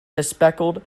bespectacled